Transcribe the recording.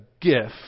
gift